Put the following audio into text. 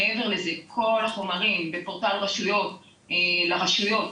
מעבר לזה כל החומרים בפורטל רשויות נמצא,